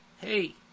hey